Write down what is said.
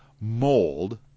mold